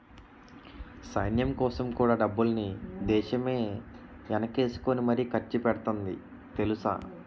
సైన్యంకోసం కూడా డబ్బుల్ని దేశమే ఎనకేసుకుని మరీ ఖర్చుపెడతాంది తెలుసా?